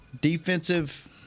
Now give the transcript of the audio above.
Defensive –